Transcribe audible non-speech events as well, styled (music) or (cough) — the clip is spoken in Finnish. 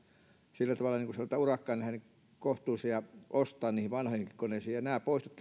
sillä tavalla niin kuin sanotaan urakkaan nähden kohtuullisia ostaa niihin vanhoihinkin koneisiin nämä poistot (unintelligible)